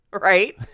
Right